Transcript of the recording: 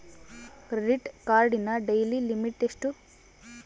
Credit ಕಾರ್ಡಿನ daily limit ಎಷ್ಟು?